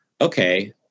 okay